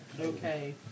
Okay